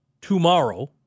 tomorrow